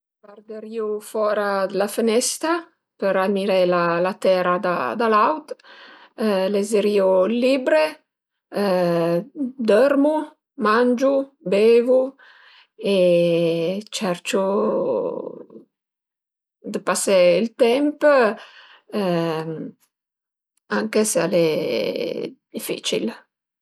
Guarderìu fora d'la fënestra për amiré la tera da l'aut, lezerìu dë libbre, dörmu, mangiu, beivu e cerciu dë pasé ël temp anche se al e dificil